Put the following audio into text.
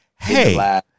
Hey